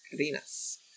Carinas